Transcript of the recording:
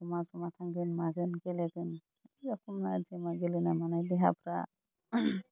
जमा जमा थांगोन मागोन गेलेगोन जमा जमा गेलेनाय मानाय देहाफ्रा